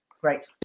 Great